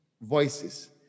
voices